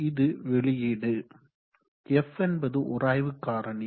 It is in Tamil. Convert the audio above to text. இது வெளியீடு f என்பது உராய்வு காரணி